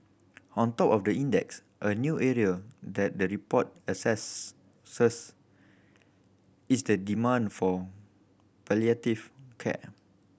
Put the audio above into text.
on top of the index a new area that the report assess is the demand for palliative care